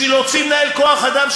בשביל להוציא מנהל כוח-אדם,